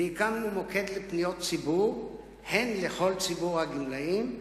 הקמנו מוקד לפניות הציבור לכל ציבור הגמלאים,